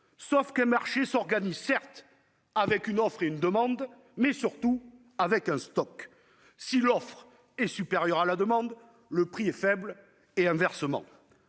Sauf qu'un marché s'organise, certes, avec une offre et une demande, mais surtout avec un stock ! Si l'offre est supérieure à la demande, le prix est faible ; et inversement.